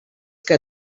que